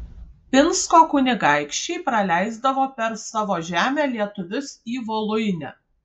pinsko kunigaikščiai praleisdavo per savo žemę lietuvius į voluinę